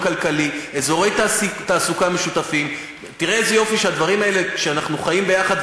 תקרא להם פלסטינים,